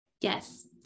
Yes